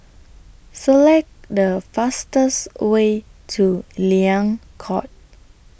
Select The fastest Way to Liang Court